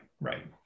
Right